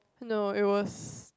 no it was